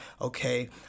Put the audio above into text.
Okay